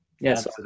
Yes